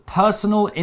personal